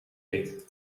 eet